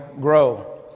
grow